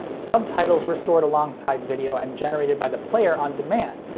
subtitles were stored alongside video and generated by the player on demand,